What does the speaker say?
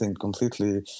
completely